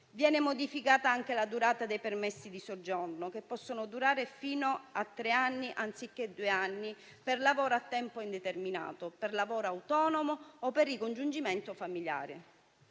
Viene modificata anche la durata dei permessi di soggiorno, che possono durare fino a tre anni anziché due, per lavoro a tempo indeterminato, per lavoro autonomo o per ricongiungimento familiare.